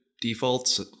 defaults